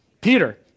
Peter